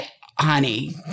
Honey